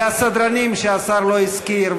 והסדרנים שהשר לא הזכיר,